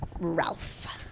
Ralph